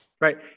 right